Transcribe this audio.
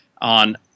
on